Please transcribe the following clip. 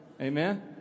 Amen